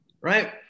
Right